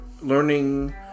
learning